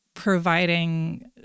providing